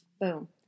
Boom